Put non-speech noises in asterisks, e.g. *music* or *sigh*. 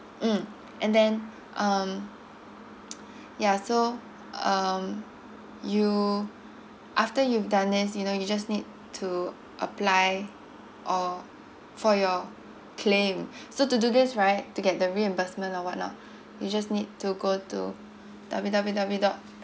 mm and then um *noise* ya so um you after you've done this you know you just need to apply or for your claim so to do this right to get the reimbursement or what not you just need to go to W W w dot